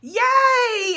yay